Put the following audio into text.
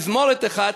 תזמורת אחת,